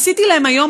עשיתי להם היום,